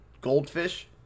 goldfish